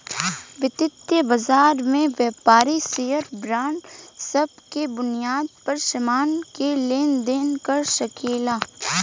वितीय बाजार में व्यापारी शेयर बांड सब के बुनियाद पर सामान के लेन देन कर सकेला